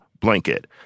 blanket